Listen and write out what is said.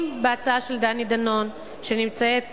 אם בהצעה של דני דנון, שנמצאת כנראה,